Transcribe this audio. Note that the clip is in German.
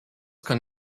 kann